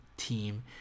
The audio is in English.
Team